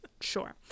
Sure